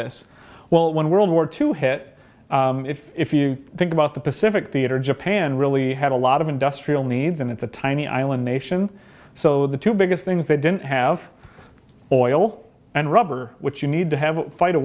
this well when world war two hit if you think about the pacific theater japan really had a lot of industrial needs and it's a tiny island nation so the two biggest things they didn't have oil and rubber which you need to have a fight a